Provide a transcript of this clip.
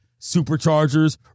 Superchargers